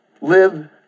live